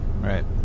right